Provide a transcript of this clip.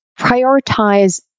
prioritize